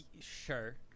sure